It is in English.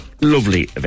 Lovely